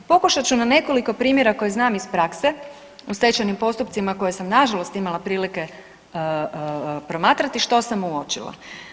Pokušat ću na nekoliko primjera koje znam iz prakse u stečajnim postupcima koje sam nažalost imala prilike promatrati što sam uočila.